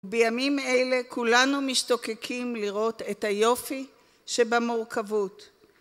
בימים אלה כולנו משתוקקים לראות את היופי שבמורכבות.